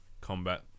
combat